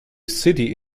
city